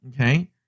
okay